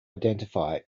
identify